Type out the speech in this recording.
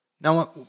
Now